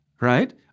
right